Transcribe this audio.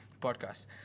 podcast